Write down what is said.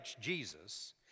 Jesus